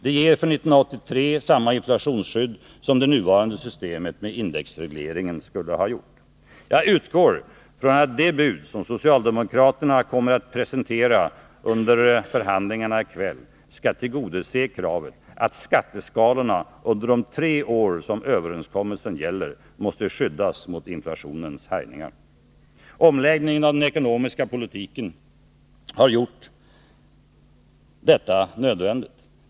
Det ger för 1983 samma inflationsskydd som det nuvarande systemet med indexregleringen skulle ha gjort. Jag utgår från att det bud som socialdemokraterna kommer att presentera under förhandlingarna i kväll skall tillgodose kravet att skatteskalorna under de tre år som överenskommelsen gäller måste skyddas mot inflationens härjningar. Omläggningen av den ekonomiska politiken har gjort detta nödvändigt.